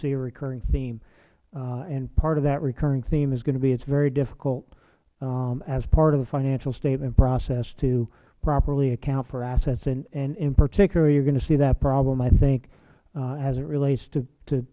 a recurring theme and part of that recurring theme is going to be it is very difficult as part of the financial statement process to properly account for assets and in particular you are going to see that problem i think as it relates to